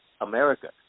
America